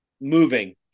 moving